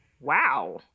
wow